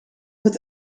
het